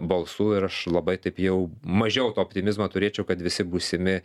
balsų ir aš labai taip jau mažiau to optimizmo turėčiau kad visi būsimi